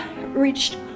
reached